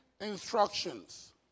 instructions